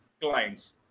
clients